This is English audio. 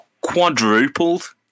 quadrupled